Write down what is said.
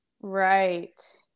Right